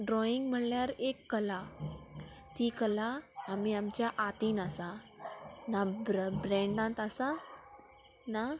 drawing म्हणल्यार एक कला ती कला आमी आमच्या आतीन आसा ना ब्रँडांत आसा ना